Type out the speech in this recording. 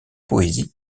poésies